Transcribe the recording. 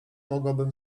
mogłabym